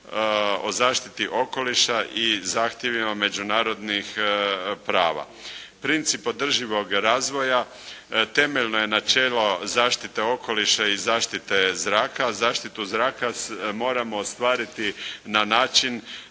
o zaštiti okoliša i zahtjevima međunarodnih prava. Princip održivog razvoja temeljno je načelo zaštite okoliša i zaštite zraka. Zaštitu zraka moramo ostvariti na način